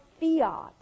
fiat